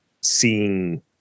seeing